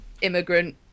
immigrant